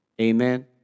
Amen